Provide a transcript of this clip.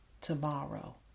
tomorrow